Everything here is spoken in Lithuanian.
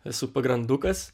esu pagrandukas